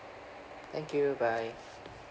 thank you bye